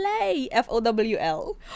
F-O-W-L